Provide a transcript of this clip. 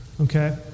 Okay